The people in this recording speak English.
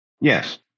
Yes